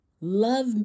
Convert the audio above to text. love